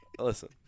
Listen